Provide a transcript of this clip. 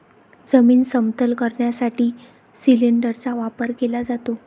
जमीन समतल करण्यासाठी सिलिंडरचा वापर केला जातो